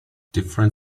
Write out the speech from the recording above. different